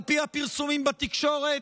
על פי הפרסומים בתקשורת,